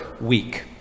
week